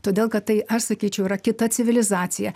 todėl kad tai aš sakyčiau yra kita civilizacija